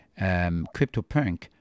CryptoPunk